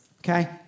Okay